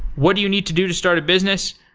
what do you need to do to start a business?